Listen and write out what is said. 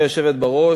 גברתי היושבת בראש,